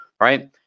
right